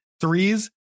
threes